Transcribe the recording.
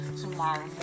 tomorrow